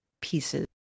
pieces